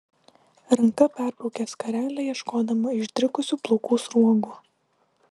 ranka perbraukė skarelę ieškodama išdrikusių plaukų sruogų